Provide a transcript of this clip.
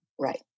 Right